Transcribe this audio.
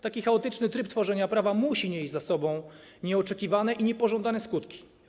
Taki chaotyczny tryb tworzenia prawa musi nieść za sobą nieoczekiwane i niepożądane skutki.